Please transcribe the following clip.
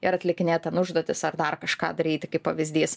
ir atlikinėt ten užduotis ar dar kažką daryti kaip pavyzdys